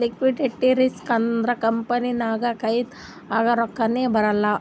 liquidity risk ಅಂದುರ್ company ನಾಗ್ ಕೈನಾಗ್ ರೊಕ್ಕಾನೇ ಬರಲ್ಲ